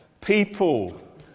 people